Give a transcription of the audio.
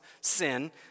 sin